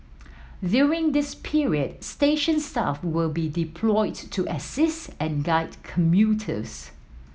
during this period station staff will be deployed to assist and guide commuters